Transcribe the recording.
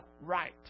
right